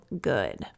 good